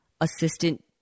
assistant